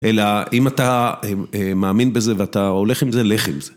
אלא אם אתה מאמין בזה ואתה הולך עם זה, לך עם זה.